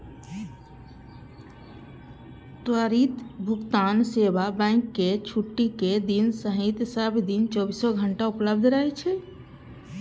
त्वरित भुगतान सेवा बैंकक छुट्टीक दिन सहित सब दिन चौबीसो घंटा उपलब्ध रहै छै